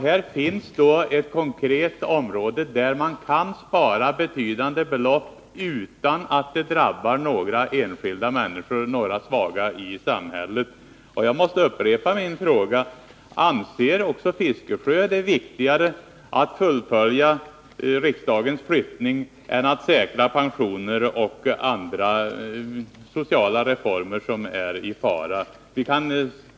Här finns det ett konkret område där man kan spara betydande belopp utan att det drabbar några enskilda människor eller några svaga i samhället. Jag måste upprepa min fråga: Anser Bertil Fiskesjö det viktigare att fullfölja riksdagens flyttning än att säkra pensioner och andra sociala reformer som är i fara?